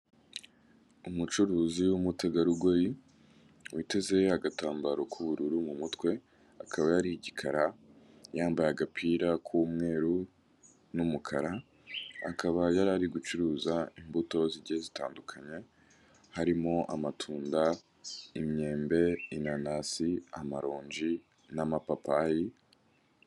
Umucuruzi w'umutegarugori witeze agatambaro k'ubururu mu mutwe, akaba ari igikara yambaye agapira k'umweru n'umukara, akaba yari ari gucuruza imbuto zigiye zitandukanye harimo; amatunda, imyembe, inanasi amaronji n'amapapayi.